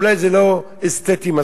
אולי זה לא אסתטי מספיק,